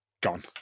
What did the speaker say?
Gone